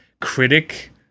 critic